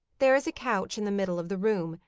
there is a couch in the middle of the room,